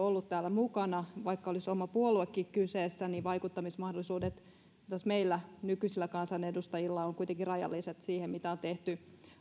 mukana vaikka olisi omakin puolue kyseessä niin vaikuttamismahdollisuudet taas meillä nykyisillä kansanedustajilla ovat kuitenkin rajalliset siihen mitä on tehty